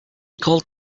called